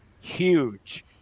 huge